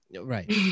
Right